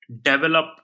develop